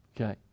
Okay